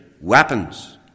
weapons